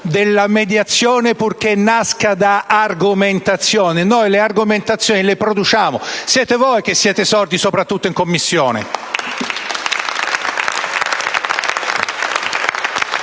della mediazione, purché nasca da argomentazioni. Noi le argomentazioni le produciamo: siete voi che siete sordi, soprattutto in Commissione!